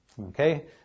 Okay